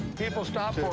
people stop